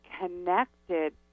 connected